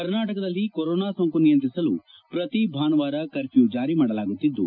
ಕರ್ನಾಟಕದಲ್ಲಿ ಕೊರೊನಾ ಸೋಂಕು ನಿಯಂತ್ರಿಸಲು ಪ್ರತಿ ಭಾನುವಾರ ಕರ್ಫ್ಯೂ ಜಾರಿ ಮಾಡಲಾಗುತ್ತಿದ್ದು